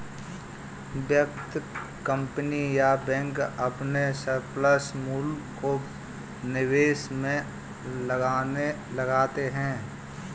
व्यक्ति, कंपनी या बैंक अपने सरप्लस मूल्य को निवेश में लगाते हैं